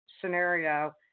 scenario